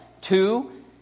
Two